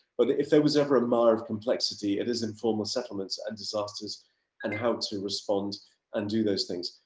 but if there was ever a matter of complexity, it is informal settlements and disasters and how to respond and do those things.